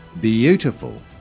beautiful